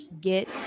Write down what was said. get